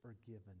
forgiven